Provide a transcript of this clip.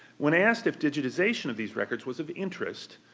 when asked if digitization of these records was of interest,